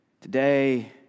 Today